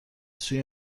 سوی